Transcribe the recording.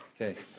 okay